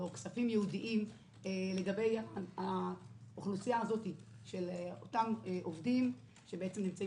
כספים ייעודיים לגבי האוכלוסייה הזאת של אותם עובדים שנמצאים